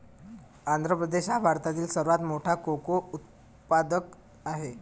आंध्र प्रदेश हा भारतातील सर्वात मोठा कोको उत्पादक आहे